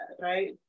right